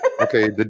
Okay